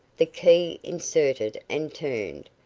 the key inserted and turned,